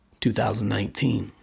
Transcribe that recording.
2019